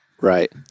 Right